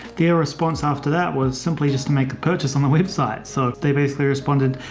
their response after that was simply just to make a purchase on the website. so they basically responded,